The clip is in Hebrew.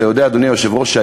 אדוני היושב-ראש,